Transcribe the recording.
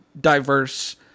diverse